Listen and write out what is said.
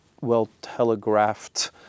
well-telegraphed